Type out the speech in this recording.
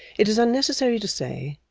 it is unnecessary to say,